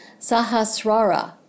sahasrara